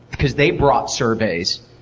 because they brought surveys.